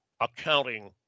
accounting